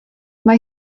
mae